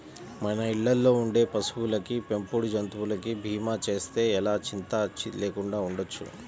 మన ఇళ్ళల్లో ఉండే పశువులకి, పెంపుడు జంతువులకి భీమా చేస్తే ఎలా చింతా లేకుండా ఉండొచ్చు